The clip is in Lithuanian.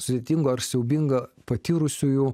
sudėtingo ar siaubingą patyrusiųjų